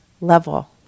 level